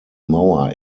mauer